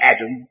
Adam